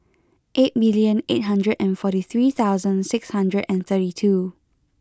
eight million eight hundred and forty three thousand six hundred and thirty two